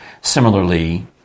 similarly